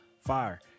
fire